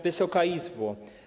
Wysoka Izbo!